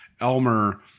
Elmer